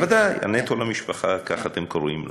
בוודאי, "נטו למשפחה", ככה אתם קוראים לה.